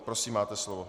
Prosím, máte slovo.